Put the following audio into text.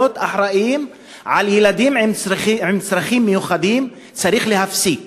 אחראים לילדים עם צרכים מיוחדים צריך להפסיק.